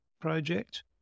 project